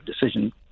decision